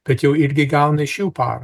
kad jau irgi gauna iš jų paramą